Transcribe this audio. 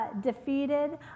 Defeated